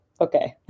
Okay